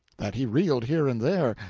that he reeled here and there,